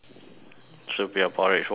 soupy or porridge why so